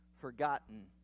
forgotten